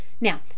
Now